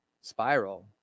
spiral